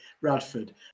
radford